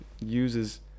uses